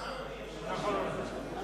השתכנענו מיושב-ראש הוועדה.